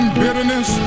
bitterness